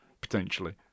potentially